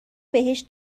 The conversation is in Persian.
بهش